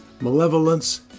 malevolence